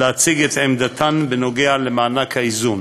להציג את עמדתן בנוגע למענק האיזון.